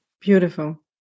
Beautiful